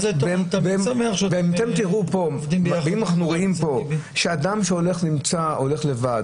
אנחנו רואים פה שאדם שהולך לבד,